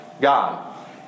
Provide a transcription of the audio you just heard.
god